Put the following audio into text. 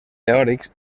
teòrics